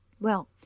Well